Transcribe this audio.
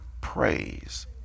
praise